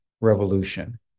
revolution